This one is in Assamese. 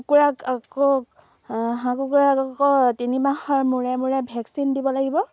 কুকুৰাক আকৌ হাঁহ কুকুৰা আকৌ তিনিমাহৰ মূৰে মূৰে ভেকচিন দিব লাগিব